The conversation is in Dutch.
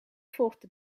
volgde